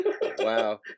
Wow